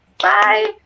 Bye